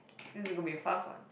this is going to be a fast one